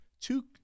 two